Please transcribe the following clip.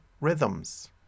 rhythms